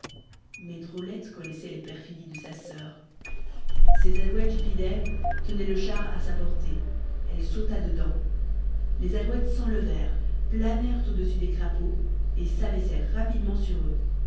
mais drôlette connaissait les perfidies de sa soeur ses alouettes fidèles tenaient le char à sa portée elle sauta dedans les alouettes s'enlevèrent planèrent au-dessus des crapauds et s'abaissèrent rapidement sur eux